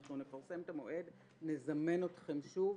אנחנו נפרסם את המועד ונזמן אתכם שוב.